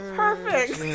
perfect